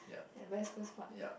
at West-Coast Park